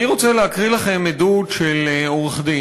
אני רוצה להקריא לכם עדות של עורך-דין,